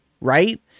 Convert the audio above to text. Right